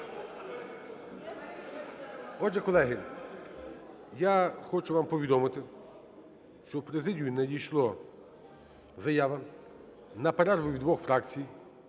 Отже, колеги, я хочу вам повідомити, що в президію надійшла заява на перерву від двох фракцій: